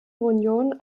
union